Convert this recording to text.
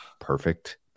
perfect